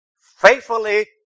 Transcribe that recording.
Faithfully